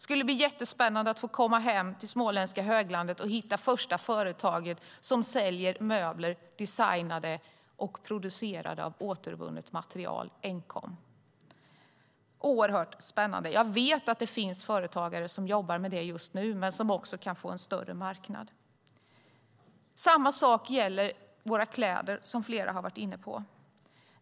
Det vore jättespännande att komma hem till småländska höglandet och hitta det första företaget som säljer designade möbler producerade av enkom återvunnet material. Jag vet att det finns företagare som jobbar med det, och de bör kunna få en större marknad. Samma sak gäller våra kläder, vilket flera varit inne på.